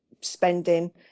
spending